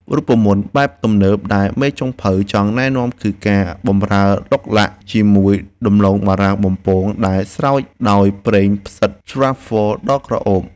រូបមន្តបែបទំនើបដែលមេចុងភៅចង់ណែនាំគឺការបម្រើឡុកឡាក់ជាមួយដំឡូងបារាំងបំពងដែលស្រោចដោយប្រេងផ្សិតត្រាហ្វហ្វល (Truffle) ដ៏ក្រអូប។